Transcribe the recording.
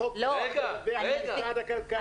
החוק קובע --- משרד הכלכלה.